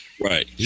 Right